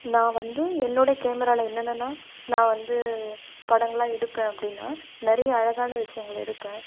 நான் வந்து என்னுடைய கேமராவில என்னென்னனா நான் வந்து படங்கள்லாம் எடுப்பேன் அப்படின்னா நிறைய அழகான விஷியங்கள் எடுப்பேன்